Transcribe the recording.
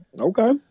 Okay